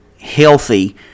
healthy